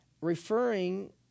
referring